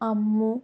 Ammu